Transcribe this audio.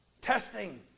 testing